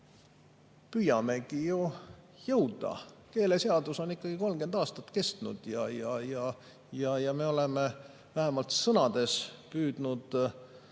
püüamegi jõuda. Keeleseadus on ikkagi 30 aastat [kehtinud] ja me oleme vähemalt sõnades püüdnud